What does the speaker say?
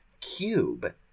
cube